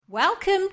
Welcome